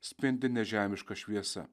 spindi nežemiška šviesa